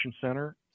Center